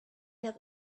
have